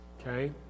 okay